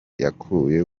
yakuye